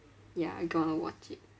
ya I gonna watch it